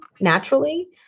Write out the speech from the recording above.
naturally